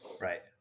Right